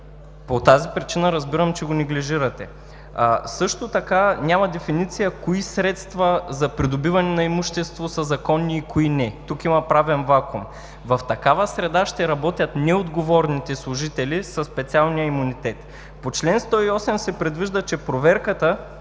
По тази причина разбирам, че го неглижирате. Също така няма дефиниция кои средства за придобиване на имущество са законни и кои не. Тук има правен вакуум. В такава среда ще работят неотговорните служители със специалния имунитет. По чл. 108 се предвижда, че проверката